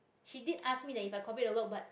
he did asked me that if I copied the work but